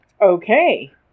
Okay